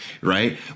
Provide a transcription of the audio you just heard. right